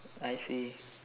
I see